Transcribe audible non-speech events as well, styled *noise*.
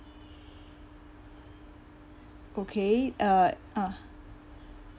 *breath* okay uh *breath*